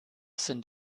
sind